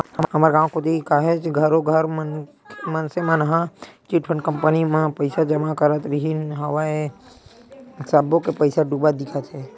हमर गाँव कोती काहेच घरों घर मनसे मन ह चिटफंड कंपनी मन म पइसा जमा करत रिहिन हवय सब्बो के पइसा डूबत दिखत हे